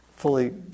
fully